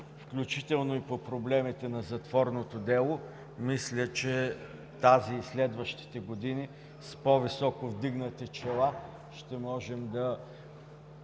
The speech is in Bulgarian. включително и по проблемите на затворното дело, тази и следващите години с по-високо вдигнати чела ще можем да